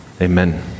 Amen